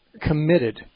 committed